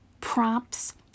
prompts